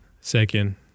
second